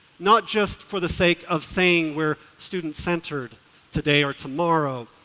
not just for the sake of saying, we're student-centered, today or tomorrow,